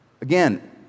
Again